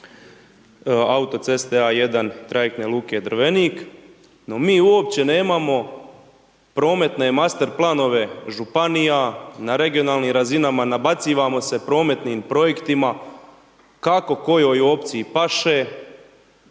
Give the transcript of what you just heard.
autoceste A1, trajektne luke Drvenik, no mi uopće nemamo prometne master planove Županija, na regionalnih razinama, nabacivamo se prometnim projektima kako kojoj opciji paše,